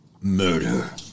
murder